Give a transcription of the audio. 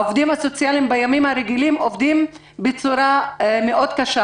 העובדים הסוציאליים בימים הרגילים עובדים בצורה קשה מאוד,